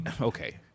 Okay